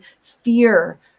fear